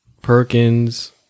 Perkins